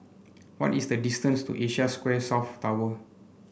what is the distance to Asia Square South Tower